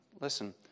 listen